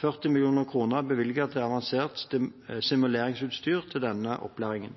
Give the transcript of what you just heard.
40 mill. kr. er bevilget til avansert simuleringsutstyr til denne opplæringen.